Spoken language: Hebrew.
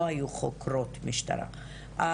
לא היו חוקרות משטרה.